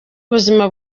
ubuzima